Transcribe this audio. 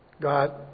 God